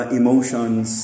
emotions